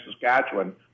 Saskatchewan